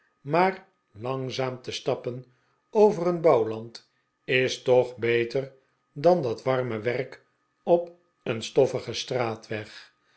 maar langzaam te stappen over een bouwland is toch beter dan dat warme werk op een stoffigen straatweg